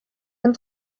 and